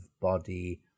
body